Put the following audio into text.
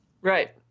Right